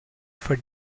for